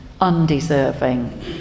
undeserving